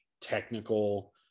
technical